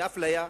כאפליה.